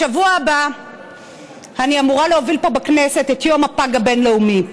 בשבוע הבא אני אמורה להוביל פה בכנסת את יום הפג הבין-לאומי.